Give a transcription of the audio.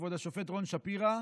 כבוד השופט רון שפירא,